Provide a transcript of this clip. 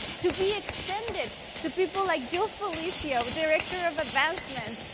to be extended to people like jill felicio, director of advancement,